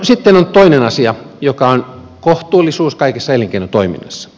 sitten on toinen asia joka on kohtuullisuus kaikessa elinkeinotoiminnassa